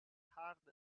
hard